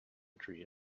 tree